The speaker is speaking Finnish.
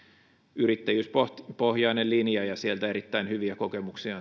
yrittäjyyspohjainen linja ja sieltä on saatu erittäin hyviä kokemuksia